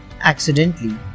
Accidentally